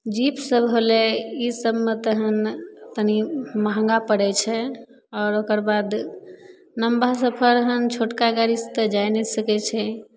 jeep सब होलय ई सबमे तहन तनी महँगा पड़य छै आओर ओकर बाद लम्बा सफर हन छोटका गाड़ीसँ तऽ जाइ नहि सकय छी